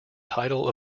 title